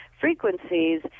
frequencies